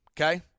okay